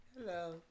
Hello